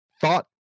thought